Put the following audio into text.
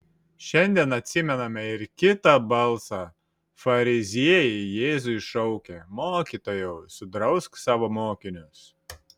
šiandien atsimename ir kitą balsą fariziejai jėzui šaukė mokytojau sudrausk savo mokinius